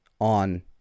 on